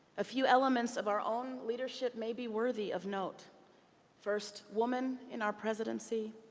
a few elements of our own leadership may be worthy of note first woman in our presidency?